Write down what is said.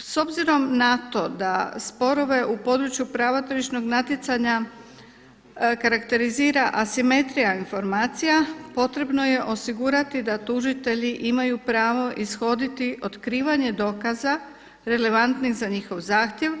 S obzirom na to da sporove u području prava tržišnog natjecanja karakterizira asimetrija informacija potrebno je osigurati da tužitelji imaju pravo ishoditi otkrivanje dokaza relevantnih za njihov zahtjev,